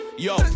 Yo